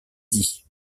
dis